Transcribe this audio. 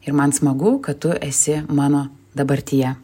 ir man smagu kad tu esi mano dabartyje